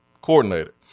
coordinated